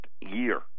year